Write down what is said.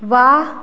वाह